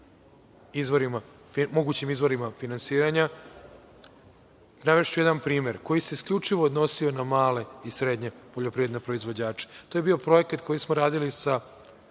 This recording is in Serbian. izvorima, mogućim izvorima finansiranja. Navešću jedan primer koji se isključivo odnosio na male i srednje poljoprivredne proizvođače. To je bio projekta koji smo radili sa